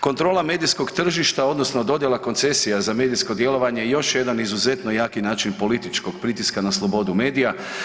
Kontrola medijskog tržišta odnosno dodjela koncesija za medijsko djelovanje još je jedan izuzetno jaki način političkog pritiska na slobodu medija.